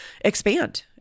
expand